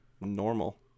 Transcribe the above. normal